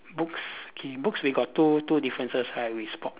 books K books we got two two differences right we spot